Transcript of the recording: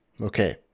Okay